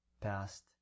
past